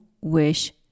wish